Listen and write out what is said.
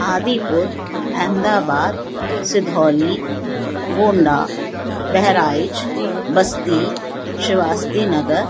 Adipur Ahmedabad Sidhauli Gonda Bahraich Basti शिवास्तिनगर